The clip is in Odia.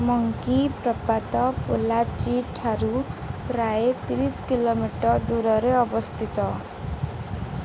ମଙ୍କି ପ୍ରପାତ ପୋଲ୍ଲାଚି ଠାରୁ ପ୍ରାୟ ତିରିଶି କିଲୋମିଟର ଦୂରରେ ଅବସ୍ଥିତ